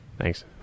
Thanks